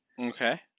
Okay